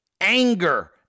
anger